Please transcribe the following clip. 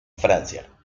francia